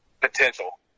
potential